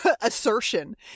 assertion